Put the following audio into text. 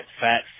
fat